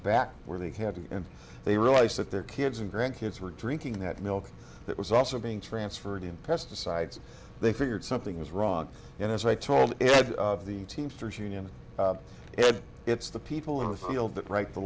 back where they had to and they realized that their kids and grandkids were drinking that milk that was also being transferred in pesticides they figured something was wrong and as i told the teamsters union it's the people in the field that write the